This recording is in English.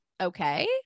okay